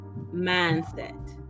mindset